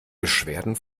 beschwerden